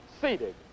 seated